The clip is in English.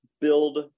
build